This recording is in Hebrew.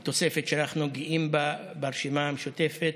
זו תוספת שאנחנו גאים בה ברשימה המשותפת,